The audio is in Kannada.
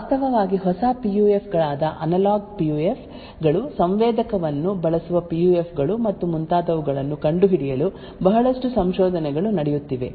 ವಾಸ್ತವವಾಗಿ ಹೊಸ ಪಿಯುಎಫ್ ಗಳಾದ ಅನಲಾಗ್ ಪಿಯುಎಫ್ ಗಳು ಸಂವೇದಕವನ್ನು ಬಳಸುವ ಪಿಯುಎಫ್ ಗಳು ಮತ್ತು ಮುಂತಾದವುಗಳನ್ನು ಕಂಡುಹಿಡಿಯಲು ಬಹಳಷ್ಟು ಸಂಶೋಧನೆಗಳು ನಡೆಯುತ್ತಿವೆ